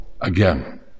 again